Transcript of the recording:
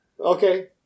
Okay